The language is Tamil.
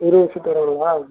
இருபது சீட் வரும்ங்களா